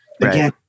again